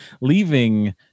leaving